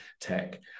tech